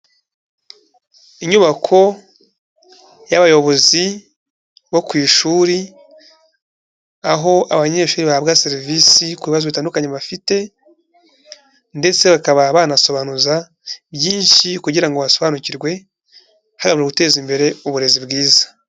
Inyubako y'abayobozi bo ku ishuri aho abanyeshuri bahabwa serivisi ku bibazo bitandukanye bafite ndetse bakaba banasobanuza byinshi kugira ngo basobanukirwe haba mu guteza imbere uburezi bwiza.